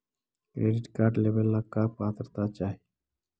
Credit card लेवेला का पात्रता चाही?